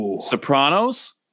Sopranos